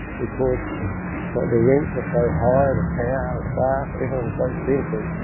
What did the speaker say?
because the the rents are so high, the power, the staff everything's so expensive,